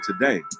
today